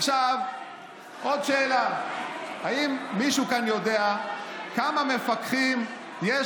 עוד שאלה: האם מישהו כאן יודע כמה מפקחים יש